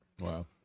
wow